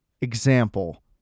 example